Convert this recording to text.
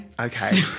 Okay